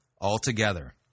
altogether